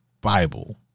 Bible